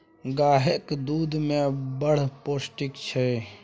गाएक दुध मे बड़ पौष्टिक छै